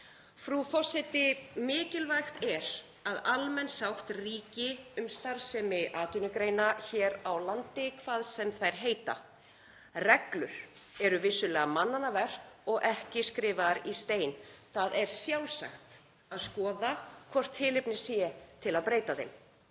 Frú forseti. Mikilvægt er að almenn sátt ríki um starfsemi atvinnugreina hér á landi hvað sem þær heita. Reglur eru vissulega mannanna verk og ekki skrifaðar í stein. Það er sjálfsagt að skoða hvort tilefni sé til að breyta þeim.